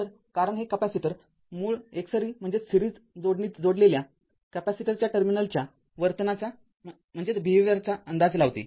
तर कारण हे कॅपेसिटर मूळ एकसरी जोडणीत जोडलेल्या कॅपेसिटरच्या टर्मिनलच्या वर्तनाचा अंदाज लावते